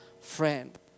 friend